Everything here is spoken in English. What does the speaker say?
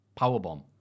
Powerbomb